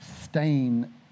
stain